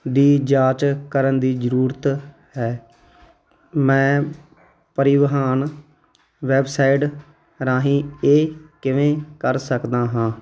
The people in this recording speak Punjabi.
ਦੀ ਜਾਂਚ ਕਰਨ ਦੀ ਜ਼ਰੂਰਤ ਹੈ ਮੈਂ ਪਰਿਵਾਹਨ ਵੈੱਬਸਾਈਡ ਰਾਹੀਂ ਇਹ ਕਿਵੇਂ ਕਰ ਸਕਦਾ ਹਾਂ